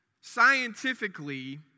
scientifically